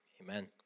Amen